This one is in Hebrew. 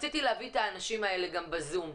רציתי להביא את האנשים האלה בזום,